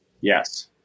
yes